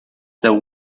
the